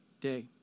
day